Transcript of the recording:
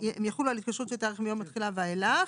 הם יחולו על התקשרויות מיום התחילה ואילך.